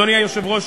אדוני היושב-ראש,